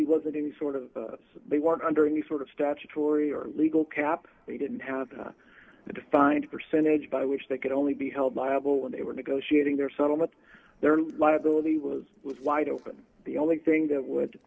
he wasn't any sort of they weren't under any sort of statutory or legal cap they didn't have a defined percentage by which they could only be held liable when they were negotiating their settlement their liability was was wide open the only thing that would